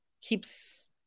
keeps